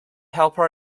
helper